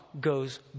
goes